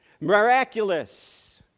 miraculous